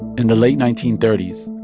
in the late nineteen thirty s,